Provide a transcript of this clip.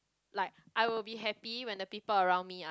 like I would be happy when the people around me are